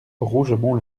rougemont